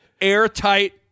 airtight